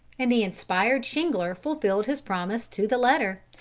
and the inspired shingler fulfilled his promise to the letter,